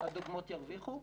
הדוגמות ירוויחו,